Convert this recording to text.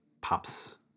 pops